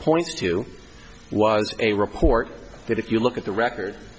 points to was a report that if you look at the record